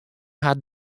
har